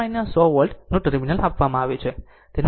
આ 100 વોલ્ટ નું ટર્મિનલ આપવામાં આવ્યું છે